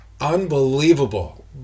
unbelievable